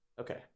okay